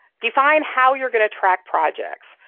define how you're going to track projects,